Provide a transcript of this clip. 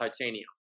titanium